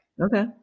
Okay